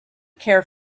care